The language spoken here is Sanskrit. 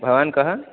भवान् कः